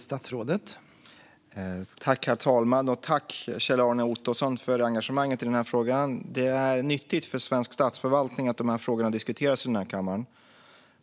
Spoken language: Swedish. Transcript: Herr talman! Tack, Kjell-Arne Ottosson, för engagemanget i denna fråga! Det är nyttigt för svensk statsförvaltning att dessa frågor diskuteras i denna kammare.